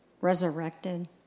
resurrected